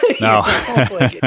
no